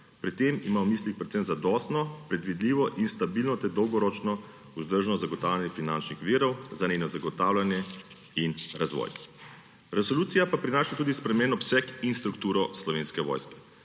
Pri tem imamo v mislih predvsem zadostno, predvidljivo in stabilno ter dolgoročno vzdržno zagotavljanje finančnih virov za njeno zagotavljanje in razvoj. Resolucija pa prinaša tudi spremenjen obseg in strukturo Slovenske vojske.